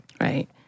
Right